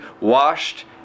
washed